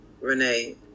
Renee